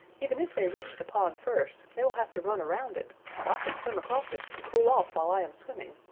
even if they reach the pond first, they will have to run around it, while i can swim across it and cool off while i am swimming.